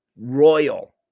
royal